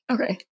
Okay